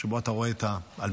שבהן אתה רואה את האלמנה